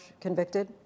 convicted